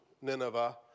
Nineveh